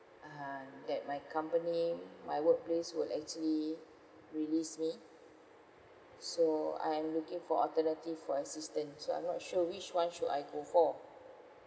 um that my company my workplace will actually release me so I am looking for alternative for assistance so I'm not sure which one should I go for